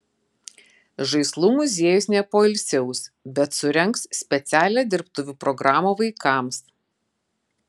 žaislų muziejus nepoilsiaus bet surengs specialią dirbtuvių programą vaikams